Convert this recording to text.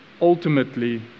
Ultimately